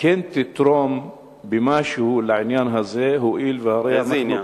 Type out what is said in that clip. כן תתרום במשהו לעניין הזה, לאיזה עניין?